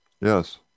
Yes